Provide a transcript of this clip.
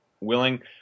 willing